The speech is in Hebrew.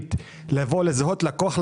הסמנכ"לית לזהות לקוח,